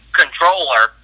controller